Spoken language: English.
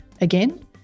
again